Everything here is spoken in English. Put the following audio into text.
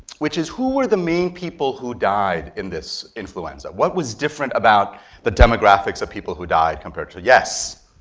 which is, who were the main people who died in this influenza? what was different about the demographics of people who died compared to yes?